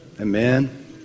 Amen